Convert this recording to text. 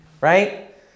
right